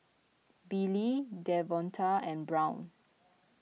Billy Davonta and Brown